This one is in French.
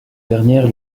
dernière